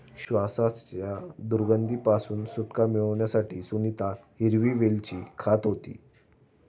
श्वासाच्या दुर्गंधी पासून सुटका मिळवण्यासाठी सुनीता हिरवी वेलची खात होती